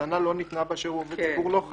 כשהמתנה לא ניתנה באשר הוא עובד ציבור,